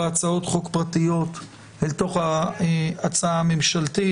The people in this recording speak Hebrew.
הצעות חוק פרטיות אל תוך ההצעה הממשלתית.